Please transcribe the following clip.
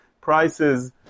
prices